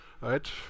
right